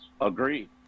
Agree